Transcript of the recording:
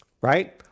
right